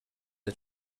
the